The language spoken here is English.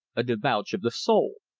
a debauch of the soul.